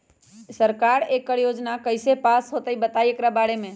सरकार एकड़ योजना कईसे पास होई बताई एकर बारे मे?